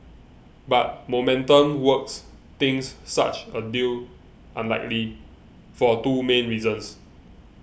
but Momentum Works thinks such a deal unlikely for two main reasons